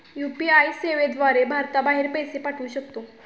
UPI सेवेद्वारे भारताबाहेर पैसे पाठवू शकतो